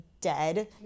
dead